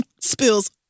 spills